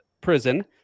prison